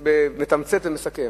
מתמצת ומסכם.